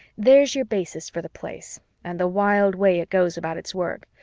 there's your basis for the place and the wild way it goes about its work,